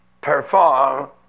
perform